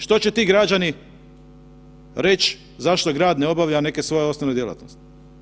Što će ti građani reć zašto grad ne obavlja neke svoje osnovne djelatnosti?